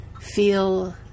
feel